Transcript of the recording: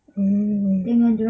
mm